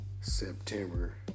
September